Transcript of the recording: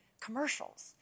commercials